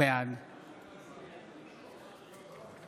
בעד